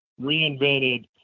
reinvented